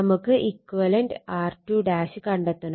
നമുക്ക് equivalent R2 കണ്ടെത്തണം